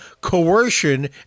coercion